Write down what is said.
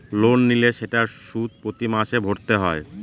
loan নিলে সেটার সুদ প্রতি মাসে ভরতে হয়